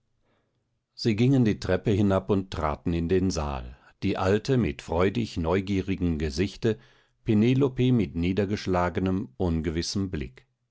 sie gingen die treppe hinab und traten in den saal die alte mit freudig neugierigem gesichte penelope mit niedergeschlagenem ungewissem blick